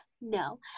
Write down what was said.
no